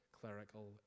clerical